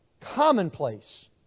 commonplace